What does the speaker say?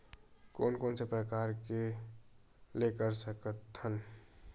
कोन कोन से प्रकार ले कर सकत हन?